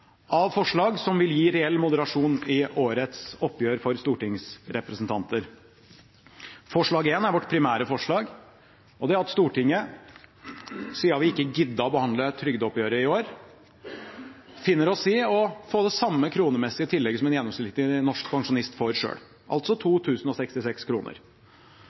av forslag som vil gi reell moderasjon i årets oppgjør for stortingsrepresentanter. Forslag nr. 1 er vårt primære forslag. Det er at Stortinget, siden vi ikke gadd å behandle trygdeoppgjøret i år, finner oss i å få det samme kronemessige tillegget som en gjennomsnittlig norsk pensjonist får, altså